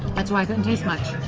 that's why i couldn't taste much